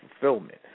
fulfillment